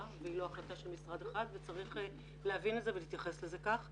ולא החלטה של משרד אחד וצריך להבין את זה ולהתייחס לזה כך.